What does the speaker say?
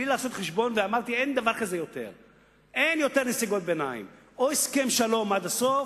בהחלט, אדוני היושב-ראש.